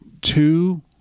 two